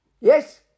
Yes